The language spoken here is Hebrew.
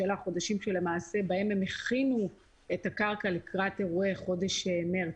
שאלה החודשים שלמעשה הם הכינו את הקרקע לקראת אירועי חודש מרץ.